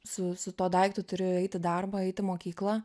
su tuo daiktu turi eiti į darbą eiti į mokyklą